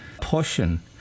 portion